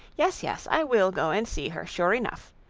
yes, yes, i will go and see her, sure enough.